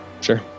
Sure